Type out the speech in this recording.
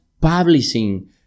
publishing